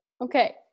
Okay